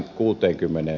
arvoisa puhemies